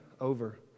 over